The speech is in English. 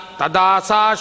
tadasa